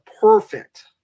perfect